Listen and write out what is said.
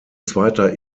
zweiter